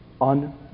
on